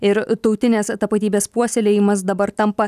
ir tautinės tapatybės puoselėjimas dabar tampa